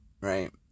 right